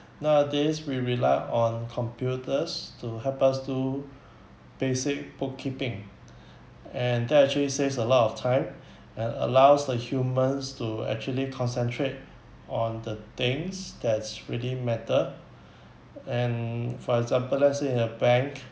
nowadays we rely on computers to help us to basic bookkeeping and that actually saves a lot of time and allows the humans to actually concentrate on the things that's really matter and for example let's say in a bank